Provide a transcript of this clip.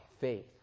faith